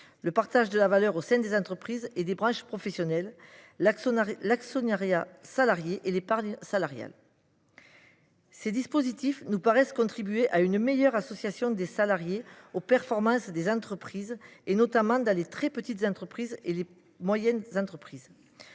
le partage de la valeur au sein des entreprises et des branches professionnelles ; ou encore l’actionnariat salarié et l’épargne salariale. Ces dispositifs nous paraissent contribuer à une meilleure association des salariés aux performances des entreprises, notamment dans les très petites entreprises et les petites et moyennes entreprises.